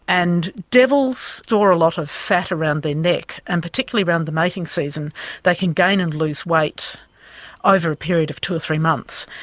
and devils store a lot of fat around their neck, and particularly around the mating season they can gain and lose weight over a period of two or three months.